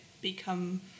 become